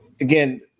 Again